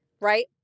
right